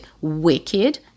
wicked